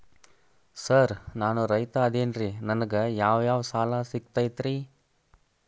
Sir ನಾನು ರೈತ ಅದೆನ್ರಿ ನನಗ ಯಾವ್ ಯಾವ್ ಸಾಲಾ ಸಿಗ್ತೈತ್ರಿ?